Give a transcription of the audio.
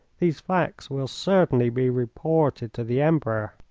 these facts will certainly be reported to the emperor.